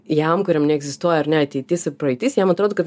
jam kuriam neegzistuoja ar ne ateitis ir praeitis jam atrodo kad